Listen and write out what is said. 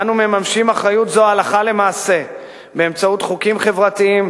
אנו מממשים אחריות זו הלכה למעשה באמצעות חוקים חברתיים,